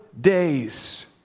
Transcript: days